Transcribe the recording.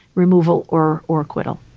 removal or or acquittal